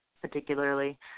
particularly